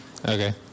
Okay